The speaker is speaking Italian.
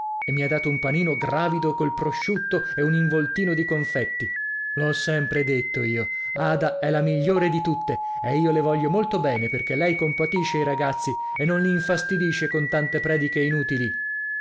e mi ha dato un panino gravido col prosciutto e un involtino di confetti l'ho sempre detto io ada è la migliore di tutte e io le voglio molto bene perché lei compatisce i ragazzi e non li infastidisce con tante prediche inutili